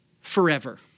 forever